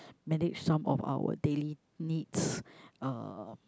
manage some of our daily needs uh